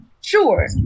Sure